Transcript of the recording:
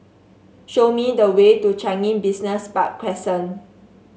show me the way to Changi Business Park Crescent